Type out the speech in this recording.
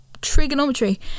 trigonometry